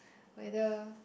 whether